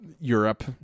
Europe